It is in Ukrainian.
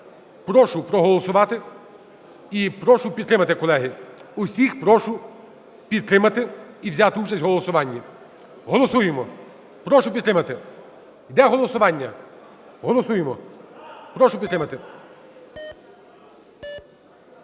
Прошу проголосувати і прошу підтримати. Колеги, усіх прошу підтримати і взяти участь в голосуванні. Голосуємо! Прошу підтримати. Йде голосування. Голосуємо. Прошу підтримати.